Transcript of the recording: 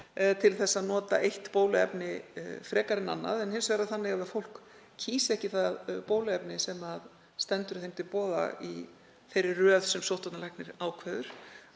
til að nota eitt bóluefni frekar en annað. En hins vegar er það þannig að ef fólk kýs ekki það bóluefni sem því stendur til boða í þeirri röð sem sóttvarnalæknir ákveður